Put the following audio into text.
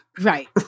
Right